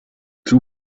two